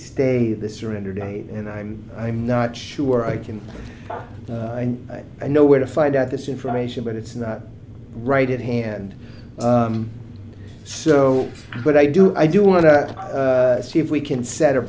stay the surrender date and i'm i'm not sure i can and i know where to find out this information but it's not right at hand so but i do i do want to see if we can set